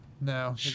No